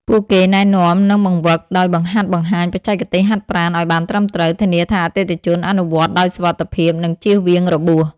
ពួកគេណែនាំ និងបង្វឹក ដោយបង្ហាត់បង្ហាញបច្ចេកទេសហាត់ប្រាណឱ្យបានត្រឹមត្រូវ ធានាថាអតិថិជនអនុវត្តន៍ដោយសុវត្ថិភាព និងជៀសវាងរបួស។